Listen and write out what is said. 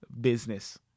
business